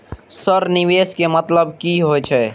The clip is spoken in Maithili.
सर निवेश के मतलब की हे छे?